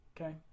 okay